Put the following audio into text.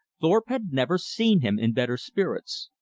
thorpe had never seen him in better spirits.